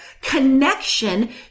connection